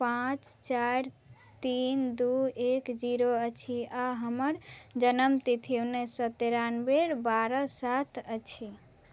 पाँच चारि तीन दुइ एक जीरो अछि आओर हमर जनमतिथि उनैस सओ तेरानवे बारह सात अछि